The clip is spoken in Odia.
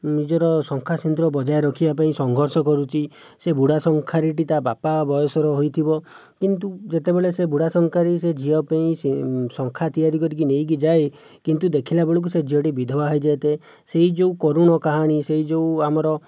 ନିଜର ଶଙ୍ଖା ସିନ୍ଦୂର ବଜାୟ ରଖିବା ପାଇଁ ସଙ୍ଘର୍ଷ କରୁଛି ସେ ବୁଢ଼ା ଶଙ୍ଖାରିଟି ତା' ବାପା ବୟସର ହୋଇଥିବ କିନ୍ତୁ ଯେତେବେଳେ ସେ ବୁଢ଼ା ଶଙ୍ଖାରି ସେ ଝିଅ ପାଇଁ ସେ ଶଙ୍ଖା ତିଆରି କରିକି ନେଇକି ଯାଏ କିନ୍ତୁ ଦେଖିଲାବେଳକୁ ସେ ଝିଅଟି ବିଧବା ହୋଇଯାଇଥାଏ ସେହି ଯେଉଁ କରୁଣ କାହାଣୀ ସେହି ଯେଉଁ ଆମର